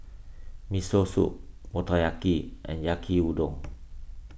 Miso Soup Motoyaki and Yaki Udon